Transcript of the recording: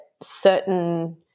certain